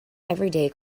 everyday